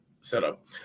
setup